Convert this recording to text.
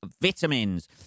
vitamins